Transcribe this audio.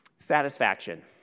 Satisfaction